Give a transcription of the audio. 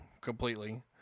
completely